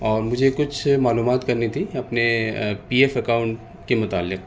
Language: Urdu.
اور مجھے کچھ معلومات کرنی تھی اپنے پی ایف اکاؤنٹ کے متعلق